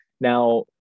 Now